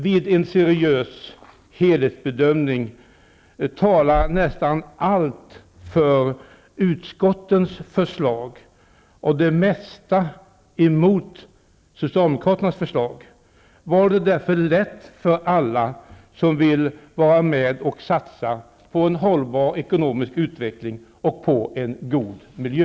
Vid en seriös helhetsbedömning talar nästan allt för utskottens förslag och det mesta emot Socialdemokraternas förslag. Därför borde det vara lätt att välja för alla som vill vara med och satsa på en hållbar ekonomisk utveckling och på en god miljö.